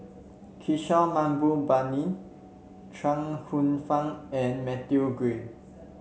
Kishore Mahbubani Chuang Hsueh Fang and Matthew Ngui